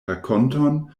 rakonton